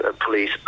police